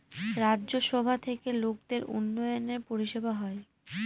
রাজ্য সভা থেকে লোকদের উন্নয়নের পরিষেবা হয়